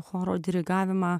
choro dirigavimą